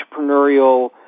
entrepreneurial